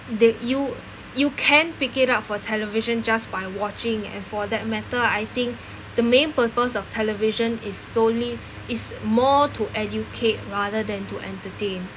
they you you can pick it up for television just by watching and for that matter I think the main purpose of television is solely is more to educate rather than to entertain